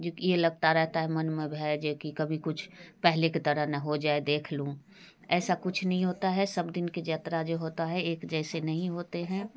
जो कि ये लगता रहता है मन में भय जो कि कभी कुछ पहले के तरह ना हो जाए देख लूँ ऐसा कुछ नहीं होता है सब दिन की यात्रा जो होता है एक जैसे नहीं होते हैं